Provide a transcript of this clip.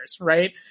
right